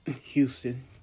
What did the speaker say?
Houston